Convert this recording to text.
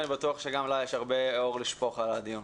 אני בטוח שגם לה יש הרבה אור לשפוך על הדיון.